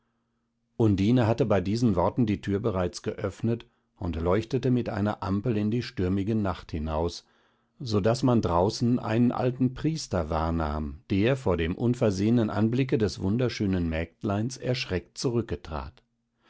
undine hatte bei diesen worten die tür bereits geöffnet und leuchtete mit einer ampel in die stürmige nacht hinaus so daß man draußen einen alten priester wahrnahm der vor dem unversehnen anblicke des wunderschönen mägdleins erschreckt